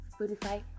Spotify